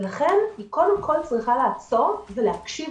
ולכן היא קודם כל צריכה לעצור ולהקשיב